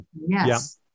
yes